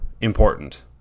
important